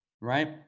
Right